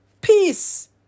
peace